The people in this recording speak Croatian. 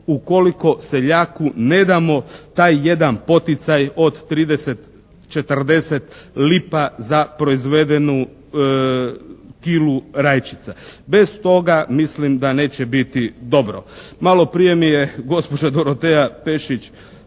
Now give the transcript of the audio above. ukoliko seljaku ne damo taj jedan poticaj od 30, 40 lipa za proizvedenu kilu rajčica. Bez toga mislim da neće biti dobro. Malo prije mi je gospođa Dorotea Pešić